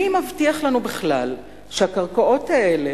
מי מבטיח לנו בכלל שעל הקרקעות האלה,